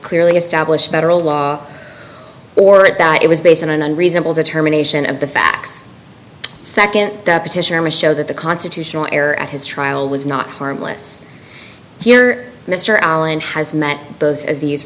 clearly established federal law or it that it was based on an unreasonable determination of the facts nd deposition or show that the constitutional error at his trial was not harmless here mr allen has met both of these